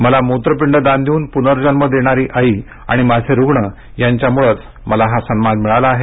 मला मूत्रपिंड दान देऊन पुनर्जन्म देणारी आई आणि माझे रुग्ण यांच्यामुळंच मला हा सन्मान मिळाला आहे